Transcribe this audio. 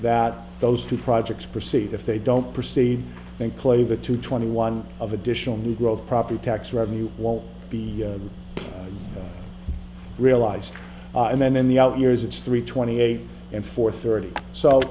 that those two projects proceed if they don't proceed and clay the two twenty one of additional new growth property tax revenue won't be realized and then in the out years it's three twenty eight and four thirty